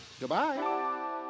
Goodbye